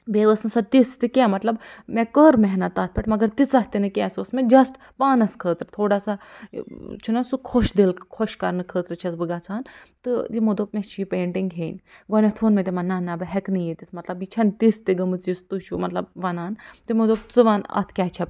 بیٚیہِ ٲسۍ نہٕ سۄ تِژھ تہِ کیٛاہ مطلب مےٚ کٔر محنت تَتھ پٮ۪ٹھ مگر تیٖژاہ تِنہٕ کیٚنٛہہ سۅ ٲسۍ مےٚ جَسٹہٕ پانَس خٲطرٕ تھوڑا سا چھِنا سُہ خۄش دِل خۄش کَرنہٕ خٲطرٕ چھَس بہٕ گژھان تہٕ یِمَو دوٚپ مےٚ چھِ یہِ پینٛٹِنٛگ ہیٚنۍ گۄڈٕنٮ۪تھ ووٚن مےٚ تِمَن نہَ نہَ بہٕ ہٮ۪کہٕ نہٕ یہِ دِتھ مطلب یہِ چھَنہٕ تِژھ تہِ گٔمٕژ یُس تُہۍ چھُو مطلب وَنان تِمَو دوٚپ ژٕ وَن اَتھ کیٛاہ چھےٚ